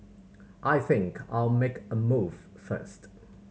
I think I'll make a move first